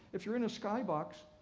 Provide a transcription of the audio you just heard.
if you're in a skybox,